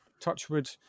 Touchwood